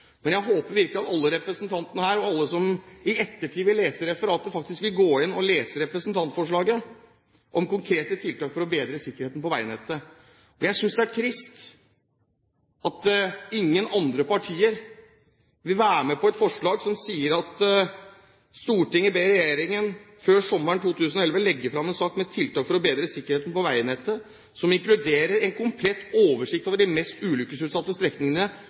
men jeg håper virkelig at alle representantene her og alle som i ettertid vil lese referatet, faktisk vil gå inn og lese representantforslaget om konkrete tiltak for å bedre sikkerheten på veinettet. Jeg synes det er trist at ingen andre partier vil være med på et forslag som sier: «Stortinget ber regjeringen før sommeren 2011 legge frem en sak med tiltak for å bedre sikkerheten på veinettet, inkludert: – en komplett oversikt over de mest ulykkesutsatte strekningene på riks- og fylkesveier – forslag til tiltak på de ulykkesutsatte strekningene,